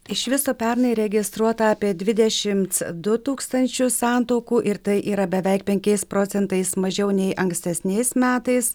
iš viso pernai registruota apie dvidešimt du tūkstančius santuokų ir tai yra beveik penkiais procentais mažiau nei ankstesniais metais